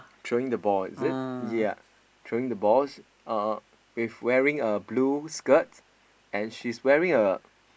throwing the ball is it ya throwing the balls uh with wearing a blue skirt and she's wearing a